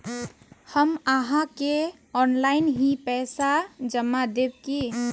हम आहाँ के ऑनलाइन ही पैसा जमा देब की?